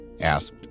asked